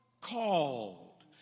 called